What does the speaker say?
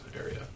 area